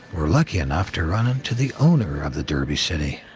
we're lucky enough to run into the owner of the derby city.